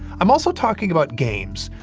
i'm also talking about games.